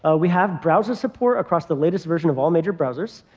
ah we have browser support across the latest version of all major browsers.